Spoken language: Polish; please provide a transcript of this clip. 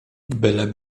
byle